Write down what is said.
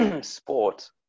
sport